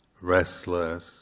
restless